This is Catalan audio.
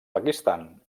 pakistan